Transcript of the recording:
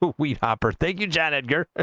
but we've copper thank you john edgar